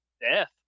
death